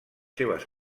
seves